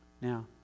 Now